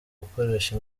gukoresha